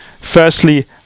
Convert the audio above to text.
firstly